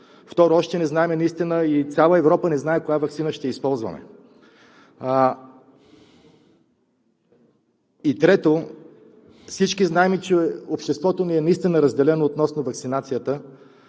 Второ, още не знаем и цяла Европа не знае коя ваксина ще използваме. И трето, всички знаем, че обществото ни наистина е разделено относно ваксинацията